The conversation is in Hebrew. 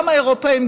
גם האירופים,